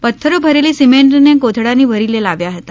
પત્થરો ભરેલી સિમેન્ટની કોથળા ભરીને લાવ્યા હતા